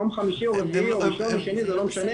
יום חמישי או רביעי או ראשון או שני זה לא משנה,